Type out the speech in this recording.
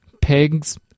pigs